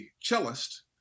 cellist